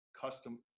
custom